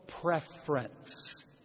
preference